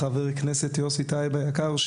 חבר הכנסת יוסי טייב היקר,